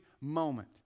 moment